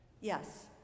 Yes